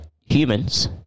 humans